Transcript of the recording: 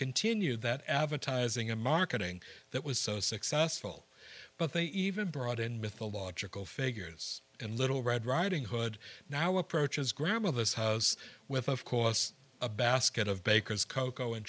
continued that advertising and marketing that was so successful but they even brought in mythological figures and little red riding hood now approaches grandmother's house with of course a basket of bakers cocoa and